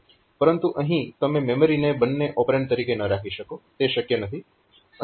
પરંતુ અહીં તમે મેમરીને બંને ઓપરેન્ડ તરીકે ન રાખી શકો તે શક્ય નથી